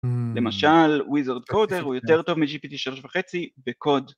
למשל וויזרד קודר הוא יותר טוב מג'י פיטי שלוש וחצי בקוד